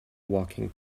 walking